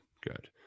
good